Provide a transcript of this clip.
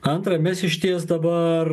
antra mes išties dabar